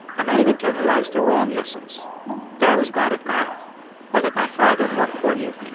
i might have internalized the wrong lessons that i was bad at math or that my father thought poorly of me